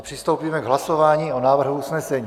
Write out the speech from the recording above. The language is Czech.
Přistoupíme k hlasování o návrhů usnesení.